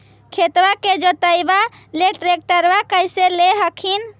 खेतबा के जोतयबा ले ट्रैक्टरबा कैसे ले हखिन?